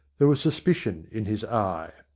there was suspicion in his eye.